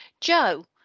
Joe